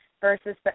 versus